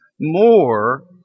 more